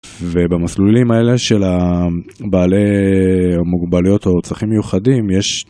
ובמסלולים האלה של בעלי המוגבלויות או הצרכים מיוחדים יש